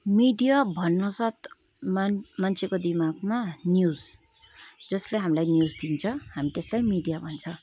media भन्नासाथ मान् मान्छेको दिमागमा न्युज जसले हामीलाई न्युज दिन्छ हामी त्यसलाई मिडिया भन्छ